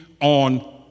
on